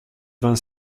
vingt